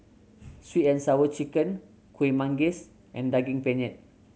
Sweet And Sour Chicken Kuih Manggis and Daging Penyet